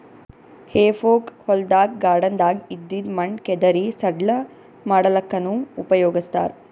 ಹೆಫೋಕ್ ಹೊಲ್ದಾಗ್ ಗಾರ್ಡನ್ದಾಗ್ ಇದ್ದಿದ್ ಮಣ್ಣ್ ಕೆದರಿ ಸಡ್ಲ ಮಾಡಲ್ಲಕ್ಕನೂ ಉಪಯೊಗಸ್ತಾರ್